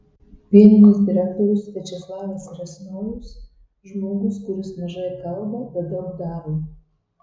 pieninės direktorius viačeslavas riasnojus žmogus kuris mažai kalba bet daug daro